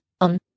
On